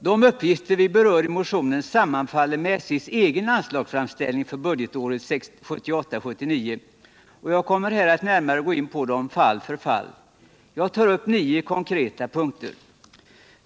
De uppgifter vi berör i motionen sammanfaller med SJ:s egen anslagsframställning för budgetåret 1978/79, och jag kommer här att närmare gå in på dem fall för fall. Jag tar upp nio konkreta punkter.